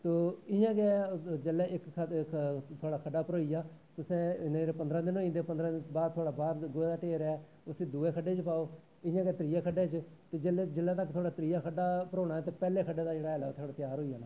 ते इयां गै जिसलै थुआढ़ा इक खड्डा भरोई गेआ इन्ने दिनें च पंदरां दिन होई जंदे पंगरैं दिनैं च जेह्ड़ा ओह् डेर ऐ उसी दुऐ खड्डै च पाओ इयां गै त्रियै जिसलै तक त्रियै खड्डा भरोना उसलै तक तुआढ़ा पैह्लें खड्डे दा हैल तेआर होई जाना